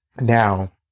Now